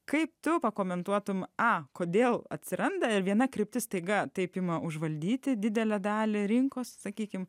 kaip tu pakomentuotum a kodėl atsiranda ir viena kryptis staiga taip ima užvaldyti didelę dalį rinkos sakykim